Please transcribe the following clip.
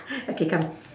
okay come